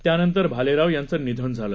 त्यानंतर भालेराव यांचं निधन झालं